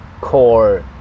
core